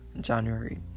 January